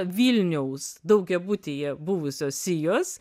vilniaus daugiabutyje buvusios sijos